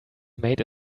made